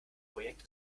projekt